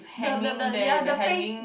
the the the ya the face